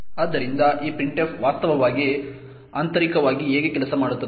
ಆದ್ದರಿಂದ ಈ printf ವಾಸ್ತವವಾಗಿ ಆಂತರಿಕವಾಗಿ ಹೇಗೆ ಕೆಲಸ ಮಾಡುತ್ತದೆ